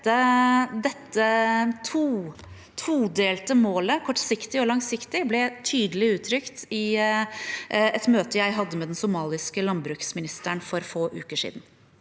Dette todelte målet, kortsiktig og langsiktig, ble tydelig uttrykt i et møte jeg hadde med den somaliske landbruksministeren for få uker siden.